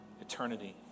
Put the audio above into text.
eternity